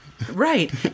Right